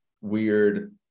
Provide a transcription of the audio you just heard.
weird